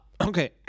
Okay